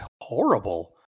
horrible